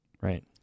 right